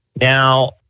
Now